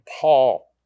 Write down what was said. Paul